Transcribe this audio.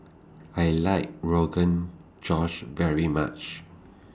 I like Rogan Josh very much